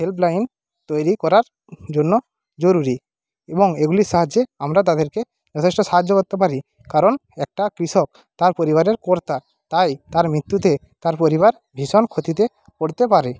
helpline তৈরি করার জন্য জরুরি এবং এগুলির সাহায্যে আমরা তাদেরকে যথেষ্ট সাহায্য করতে পারি কারণ একটা কৃষক তার পরিবারের কর্তা তাই তার মৃত্যুতে তার পরিবার ভীষণ ক্ষতিতে পড়তে পারে